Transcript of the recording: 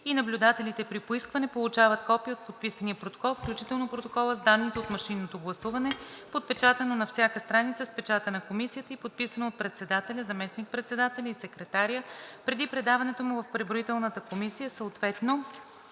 и наблюдателите при поискване получават копие от подписания протокол, включително протокола с данните от машинното гласуване, подпечатано на всяка страница с печата на комисията и подписано от председателя, заместник-председателя и секретаря преди предаването му в преброителната комисия, съответно